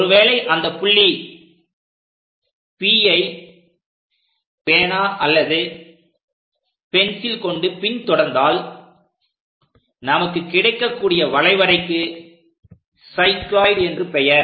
ஒருவேளை அந்தப் புள்ளி P ஐ பேனா அல்லது பென்சில் கொண்டு பின் தொடர்ந்தால் நமக்கு கிடைக்கக்கூடிய வளைவரைக்கு சைக்ளோயிட் என்று என்று பெயர்